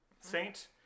saint